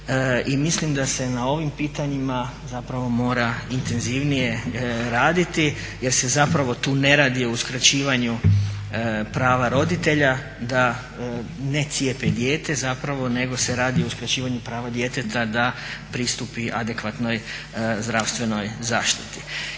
mislim da se na ovim pitanjima zapravo mora intenzivnije raditi jer se zapravo tu ne radi o uskraćivanju prava roditelja da ne cijepe dijete zapravo nego se radi o uskraćivanju prava djeteta da pristupi adekvatnoj zdravstvenoj zaštiti.